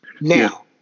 Now